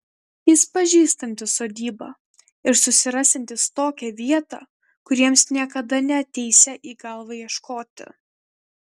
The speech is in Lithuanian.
jis pažįstantis sodybą ir susirasiantis tokią vietą kur jiems niekada neateisią į galvą ieškoti